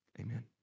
Amen